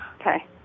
Okay